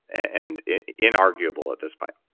and inarguable at this point.